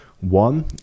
One